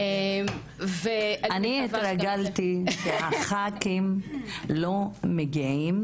אני התרגלתי שחברי הכנסת הגברים לא מגיעים